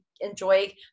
enjoy